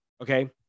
okay